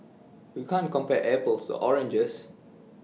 you can't compare apples oranges